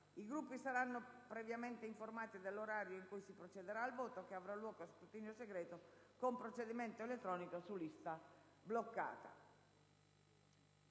I Gruppi saranno previamente informati dell'orario in cui si procederà al voto, che avrà luogo a scrutinio segreto con procedimento elettronico su lista bloccata.